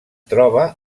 troba